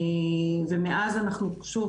ומאז אנחנו שוב,